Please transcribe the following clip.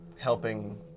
helping